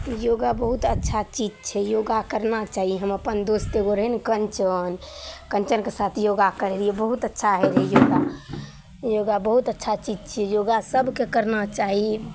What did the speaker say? योगा बहुत अच्छा चीज छै योगा करना चाही हम अपन दोस्त एगो रहै ने कञ्चन कञ्चनके साथ योगा करै रहिए बहुत अच्छा होइ रहै योगा योगा बहुत अच्छा चीज छिए योगा सभकेँ करना चाही